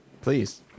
please